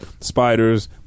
spiders